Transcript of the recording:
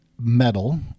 metal